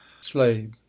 slave